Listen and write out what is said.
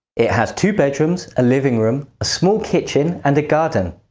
it has two bedrooms, a living room, a small kitchen, and a garden.